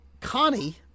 Connie